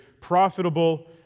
profitable